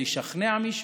זה ישכנע מישהו?